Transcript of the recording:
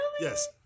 Yes